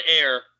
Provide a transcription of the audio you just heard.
air